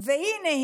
והינה,